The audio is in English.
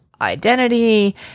identity